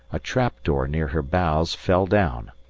a trap-door near her bows fell down,